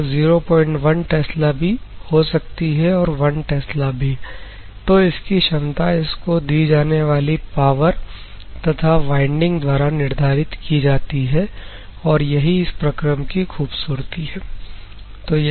यह 01 टेस्ला भी हो सकती है और 1 टेस्ला भी तो इसकी क्षमता इसको दी जाने वाली पावर तथा वाइंडिंग द्वारा निर्धारित की जाती है और यही इस प्रकरण की खूबसूरती है